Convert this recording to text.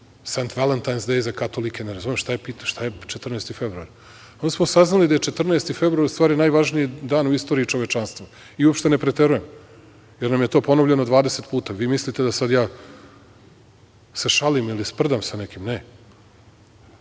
St. Valentines day za katolike, ne razumem šta je 14. februar? Onda smo saznali da je 14. februar u stvari najvažniji dan u istoriji čovečanstva i uopšte ne preterujem, jer nam je to ponovljeno 20 puta. Vi mislite da sad ja se šalim ili sprdam sa nekim?